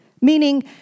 meaning